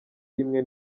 imwe